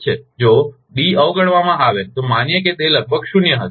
છે જો ડી અવગણવામાં આવે તો માનીએ કે તે લગભગ શૂન્ય હશે